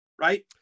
right